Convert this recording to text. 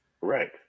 right